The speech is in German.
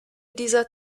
dieser